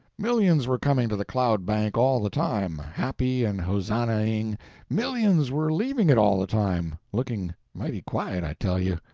millions were coming to the cloud-bank all the time, happy and hosannahing millions were leaving it all the time, looking mighty quiet, i tell you.